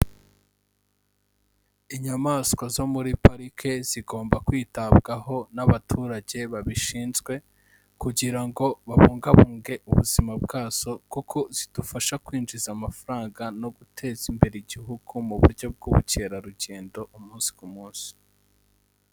Inyamaswa zo muri parike zigomba kwitabwaho n'abaturage babishinzwe kugira ngo babungabunge ubuzima bwazo kuko zidufasha kwinjiza amafaranga no guteza imbere igihugu mu buryo bw'ubukerarugendo umunsi ku munsi.